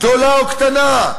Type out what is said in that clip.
גדולה או קטנה,